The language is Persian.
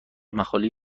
مخالی